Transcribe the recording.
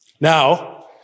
Now